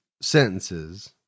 sentences